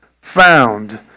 found